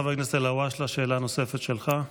חבר הכנסת אלהואשלה, שאלה נוספת שלך.